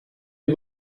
des